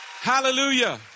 Hallelujah